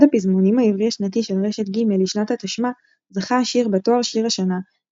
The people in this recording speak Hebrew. הפזמונים העברי השנתי של רשת ג' לשנת התשמ"ה זכה השיר בתואר "שיר השנה",